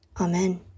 Amen